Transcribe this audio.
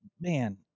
man